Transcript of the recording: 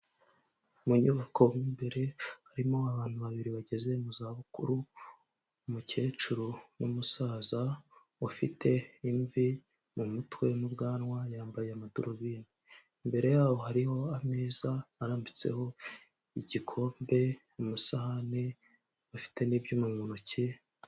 Mu nyubako mo imbere harimo abantu babiri bageze mu zabukuru, umukecuru n'umusaza ufite imvi mu mutwe n'ubwanwa yambaye amadarubindi, imbere yaho hariho ameza arambitseho igikombe, amasahani, bafite n'ibyuma mu ntoki.